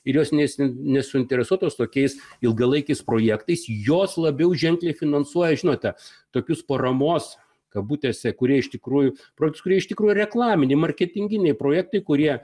ir jos nesi nesuinteresuotos tokiais ilgalaikiais projektais jos labiau ženkliai finansuoja žinote tokius paramos kabutėse kurie iš tikrųjų praktiškai jie iš tikrųjų reklaminiai marketinginiai projektai kurie